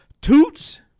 Toots